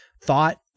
thought